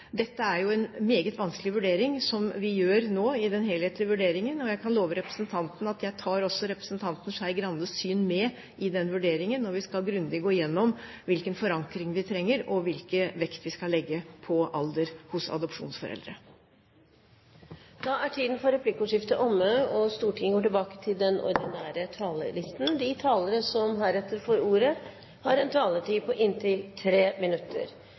Dette er en meget vanskelig vurdering, som vi gjør nå i den helhetlige gjennomgangen, og jeg kan love representanten at jeg tar også representanten Skei Grandes syn med i den vurderingen. Vi skal gå grundig gjennom hvilken forankring vi trenger, og hvilken vekt vi skal legge på alder hos adopsjonsforeldre. Replikkordskiftet er omme. I sin presentasjon av saken la representanten Øyvind Håbrekke stor vekt på at adopsjon ikke skal styres av voksnes behov. Han nevner særlig «grupper av søkere som